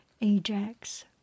Ajax